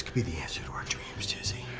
be the answer to our dreams, chizzy.